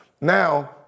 Now